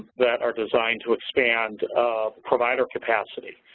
that are designed to expand provider capacity.